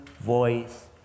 voice